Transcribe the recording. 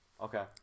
Okay